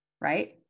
right